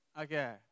Okay